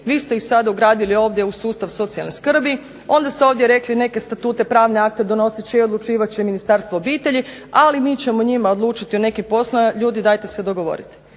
vi ste ih sada ugradili ovdje u sustav socijalne skrbi, onda ste ovdje rekli neke statute pravne akte donosit će i odlučivat će Ministarstvo obitelji, ali mi ćemo njima odlučiti neke poslove. Ljudi dajte se dogovorite.